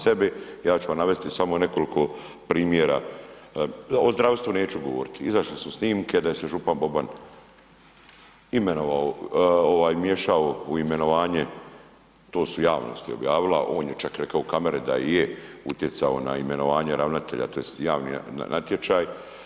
Ja ću vam navesti samo nekoliko primjera, o zdravstvu neću govoriti, izašle su snimke da se je župan Boban imenovao, ovaj miješao u imenovanje, to su javnost je objavila, on je čak rekao u kamere da je utjecao na imenovanje ravnatelja tj. javni natječaj.